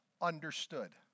understood